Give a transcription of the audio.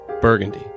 Burgundy